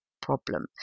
problem